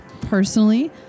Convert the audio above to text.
Personally